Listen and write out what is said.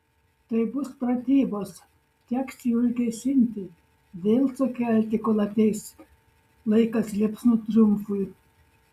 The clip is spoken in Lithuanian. tai bus pratybos teks jį užgesinti vėl sukelti kol ateis laikas liepsnų triumfui